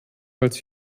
als